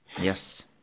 Yes